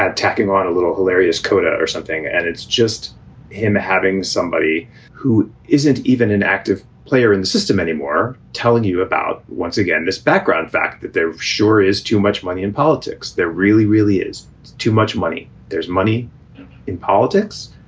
ah tacking on a little hilarious coda or something. and it's just him having somebody who isn't even an active player in the system anymore. telling you about, once again, this background fact that there sure is too much money in politics. there really, really is too much money. there's money in politics.